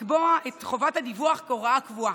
לקבוע את חובת הדיווח כהוראה קבועה.